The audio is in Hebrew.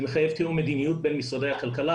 זה מחייב תיאום מדיניות בין משרדי הכלכלה,